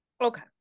Okay